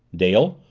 dale,